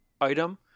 item